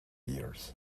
years